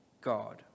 God